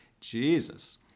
Jesus